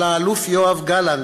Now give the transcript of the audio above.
על האלוף יואב גלנט,